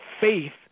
faith